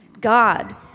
God